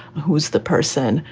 who is the person?